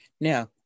Now